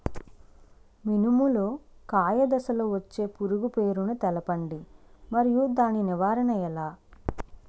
మినుము లో కాయ దశలో వచ్చే పురుగు పేరును తెలపండి? మరియు దాని నివారణ ఎలా?